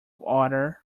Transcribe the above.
water